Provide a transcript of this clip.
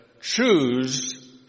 choose